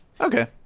Okay